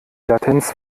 latenz